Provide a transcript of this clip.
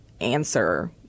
answer